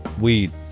Weed